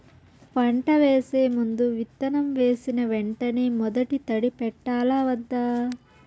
పంట వేసే ముందు, విత్తనం వేసిన వెంటనే మొదటి తడి పెట్టాలా వద్దా?